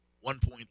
One-point